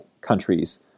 countries